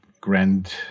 grand